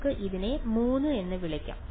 നമുക്ക് ഇതിനെ 3 എന്ന് വിളിക്കാം